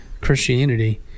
Christianity